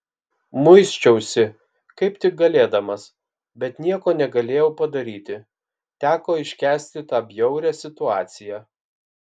muisčiausi kaip tik galėdamas bet nieko negalėjau padaryti teko iškęsti tą bjaurią situaciją